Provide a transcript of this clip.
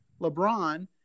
LeBron